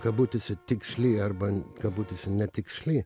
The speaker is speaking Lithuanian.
kabutėse tiksli arba kabutėse netiksli